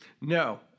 No